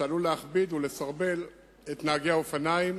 שעלול להכביד ולסרבל את נהגי האופניים